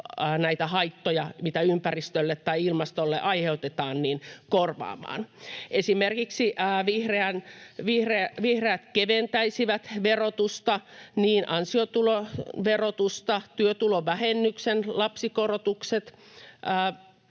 näitä haittoja, mitä ympäristölle tai ilmastolle aiheutetaan. Vihreät keventäisivät esimerkiksi verotusta, ansiotuloverotusta, työtulovähennyksen lapsikorotukset